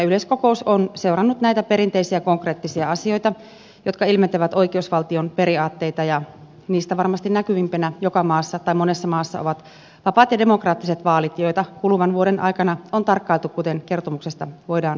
yleiskokous on seurannut näitä perinteisiä konkreettisia asioita jotka ilmentävät oikeusvaltion periaatteita ja niistä varmasti näkyvimpänä monessa maassa ovat vapaat ja demokraattiset vaalit joita kuluneen vuoden aikana on tarkkailtu kuten kertomuksesta voidaan nähdä